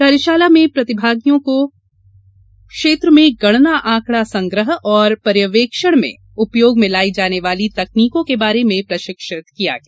कार्यशाला में प्रतिभागियों को क्षेत्र में गणना आंकड़ा संग्रह एवं पर्यवेक्षण में उपयोग में लाई जाने वाली तकनीकों के बारे में प्रशिक्षत किया गया